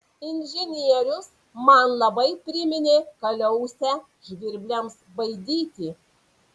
inžinierius man labai priminė kaliausę žvirbliams baidyti